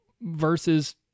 versus